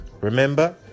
remember